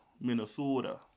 Minnesota